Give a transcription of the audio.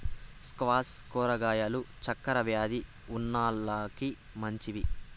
squash కూరగాయలు చక్కర వ్యాది ఉన్నోలకి మంచివి